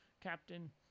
captain